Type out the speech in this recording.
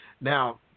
Now